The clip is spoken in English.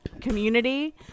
community